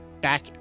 Back